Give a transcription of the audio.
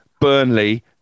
Burnley